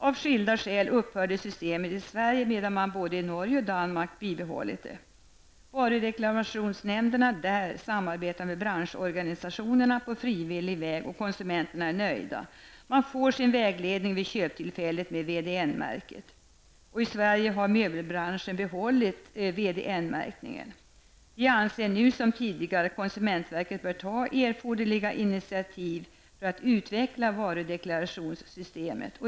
Av skilda skäl upphörde systemet i Sverige medan man både i Norge och Varudeklarationsnämnderna där samarbetar med branschorganisationerna på frivillig väg, och konsumenterna är nöjda. Man får sin vägledning vid köptillfället med VDN-märket. I Sverige har möbelbranschen behållit VDN märkningen. Vi anser nu som tidigare att konsumentverket bör ta erforderliga initiativ för att utveckla varudeklarationssystemet.